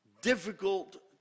difficult